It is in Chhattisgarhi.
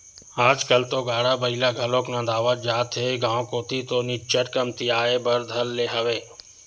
आजकल तो गाड़ा बइला घलोक नंदावत जात हे गांव कोती तो निच्चट कमतियाये बर धर ले हवय